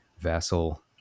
Vassal